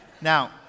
Now